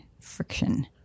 Friction